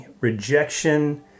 rejection